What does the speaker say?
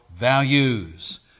values